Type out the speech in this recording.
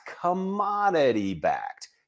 commodity-backed